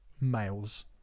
males